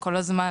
כשאומרים: